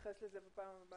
נתייחס לזה בפעם הבאה.